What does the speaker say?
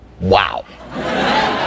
Wow